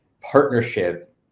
partnership